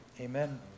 amen